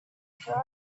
trail